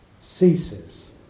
ceases